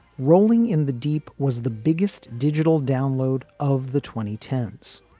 rolling in the deep was the biggest digital download of the twenty ten s.